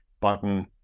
button